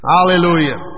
Hallelujah